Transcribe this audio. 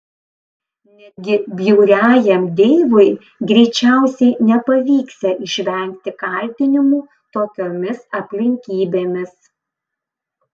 netgi bjauriajam deivui greičiausiai pavyksią išvengti kaltinimų tokiomis aplinkybėmis